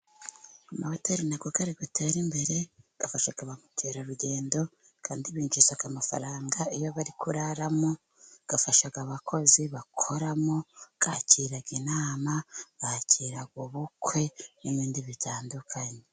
Amahoteri uko ari gatera imbere afasha ba mukerarugendo, kandi binjiza amafaranga iyo bari kuraramo, afasha abakozi bakoramo, yabakira inama, yakira ubukwe n'ibindi bitandukanye.